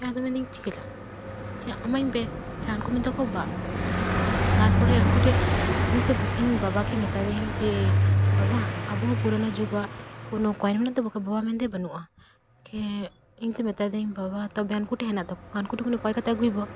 ᱤᱱᱠᱷᱟᱱ ᱟᱫᱚ ᱢᱮᱱᱮᱫᱟᱹᱧ ᱪᱮᱫᱟᱜ ᱠᱮ ᱮᱢᱟᱹᱧ ᱯᱮ ᱤᱱᱠᱷᱟᱱ ᱩᱱᱠᱩ ᱢᱮᱱᱮᱫᱟ ᱠᱚ ᱵᱟ ᱛᱟᱨᱯᱚᱨᱮ ᱩᱱᱠᱩ ᱴᱷᱮᱡ ᱤᱧᱛᱮ ᱤᱧ ᱵᱟᱵᱟ ᱜᱮ ᱢᱮᱛᱟᱫᱟᱹᱧ ᱡᱮ ᱵᱟᱵᱟ ᱟᱵᱚ ᱯᱩᱨᱚᱱᱚ ᱡᱩᱜᱽ ᱟᱜ ᱠᱳᱱᱚ ᱠᱚᱭᱮᱱ ᱢᱮᱱᱟᱜ ᱛᱟᱵᱚᱱᱟ ᱵᱟᱵᱟ ᱢᱮᱱᱮᱫᱟ ᱵᱟᱹᱱᱩᱜᱼᱟ ᱠᱮ ᱤᱧ ᱛᱳ ᱢᱮᱛᱟ ᱫᱤᱭᱟᱹᱧ ᱵᱟᱵᱟ ᱛᱚᱵᱮ ᱦᱟᱱᱠᱩ ᱴᱷᱮᱡ ᱦᱮᱱᱟᱜ ᱛᱟᱠᱚᱣᱟ ᱦᱟᱱᱠᱩ ᱴᱷᱮᱡ ᱠᱷᱚᱡ ᱠᱚᱭ ᱠᱟᱛᱮ ᱟᱹᱜᱩᱭᱟᱵᱚ